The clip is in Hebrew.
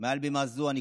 אבי מעוז,